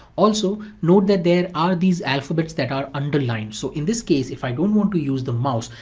also, note that there are these alphabets that are underlined. so in this case if i don't want to use the mouse,